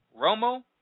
Romo